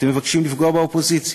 אתם מבקשים לפגוע באופוזיציה.